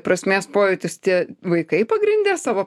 prasmės pojūtis tie vaikai pagrinde savo